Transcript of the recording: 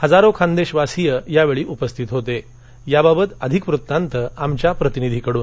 हजारो खान्दध्यासी यावछी उपस्थित होत याबाबत अधिक वृत्तांत आमच्या प्रतिनिधीकडून